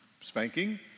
spanking